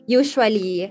usually